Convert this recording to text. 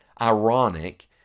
ironic